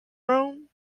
room